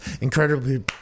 incredibly